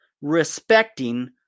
respecting